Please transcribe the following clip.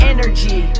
Energy